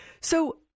So-